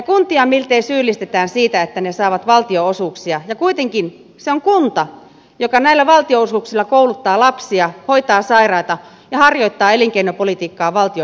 kuntia miltei syyllistetään siitä että ne saavat valtionosuuksia ja kuitenkin se on kunta joka näillä valtionosuuksilla kouluttaa lapsia hoitaa sairaita ja harjoittaa elinkeinopolitiikkaa valtion hyväksi